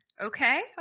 Okay